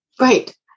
right